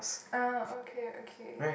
ah okay okay